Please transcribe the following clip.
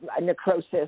necrosis